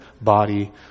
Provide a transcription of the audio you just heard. body